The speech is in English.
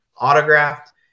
autographed